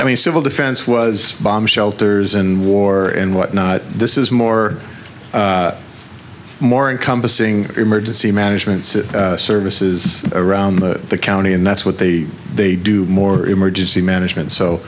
i mean civil defense was bomb shelters and war and whatnot this is more more encompassing emergency management services around the county and that's what they they do more emergency management so